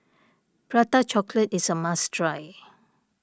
Prata Chocolate is a must try